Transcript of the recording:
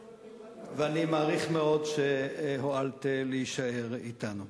מעריך מאוד את העובדה שהואלת להישאר אתנו.